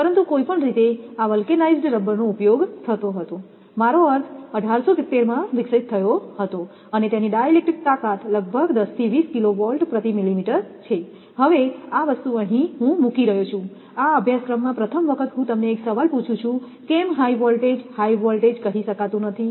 પરંતુ કોઈપણ રીતે આ વલ્કેનાઇઝ્ડ રબરનો ઉપયોગ થતો હતો મારો અર્થ 1870 માં વિકસિત થયો હતો અને તેની ડાઇ ઇલેક્ટ્રિક તાકાત લગભગ 10 થી 20 કિલોવોલ્ટ પ્રતિ મિલીમીટર છે હવે આ વસ્તુ અહીં હું મૂકી રહ્યો છું આ અભ્યાસક્રમમાં પ્રથમ વખત હું તમને એક સવાલ પૂછું છું કેમ હાઇ વોલ્ટેજ હાઇ વોલ્ટેજ કહી શકાતું નથી